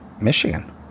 michigan